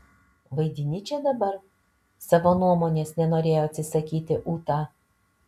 vaidini čia dabar savo nuomonės nenorėjo atsisakyti ūta